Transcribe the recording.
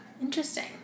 Interesting